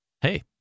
hey